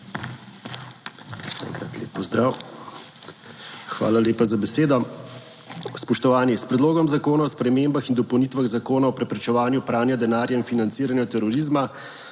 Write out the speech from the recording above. Hvala lepa za besedo.